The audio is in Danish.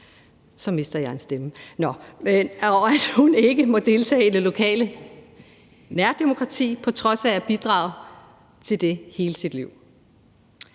så mister jeg en stemme – og at hun ikke må deltage i det lokale nærdemokrati på trods af at have bidraget til det hele sit liv.